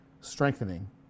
strengthening